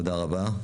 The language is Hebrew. תודה רבה.